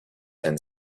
and